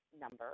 number